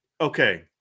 okay